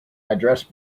address